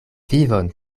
vivon